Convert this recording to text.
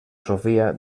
sofia